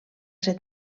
ser